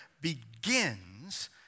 begins